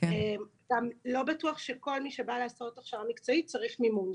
גם לא בטוח שכל מי שבא לעשות הכשרה מקצועית צריך מימון.